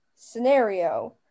scenario